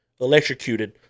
electrocuted